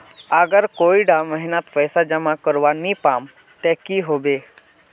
अगर कोई डा महीनात पैसा जमा करवा नी पाम ते की होबे?